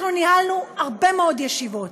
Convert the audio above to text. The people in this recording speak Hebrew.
אנחנו ניהלנו הרבה מאוד ישיבות,